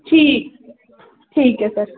ਠੀਕ ਠੀਕ ਹੈ ਸਰ